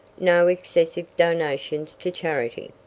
no excessive donations to charity.